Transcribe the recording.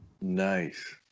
Nice